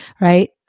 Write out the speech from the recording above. right